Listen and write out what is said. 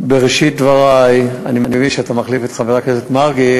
בראשית דברי אני מבין שאתה מחליף את חבר הכנסת מרגי,